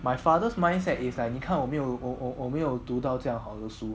my father's mindset is like 你看我没有我我没有读到这样好的书